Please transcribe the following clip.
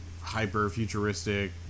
hyper-futuristic